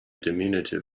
diminutive